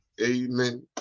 Amen